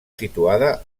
situada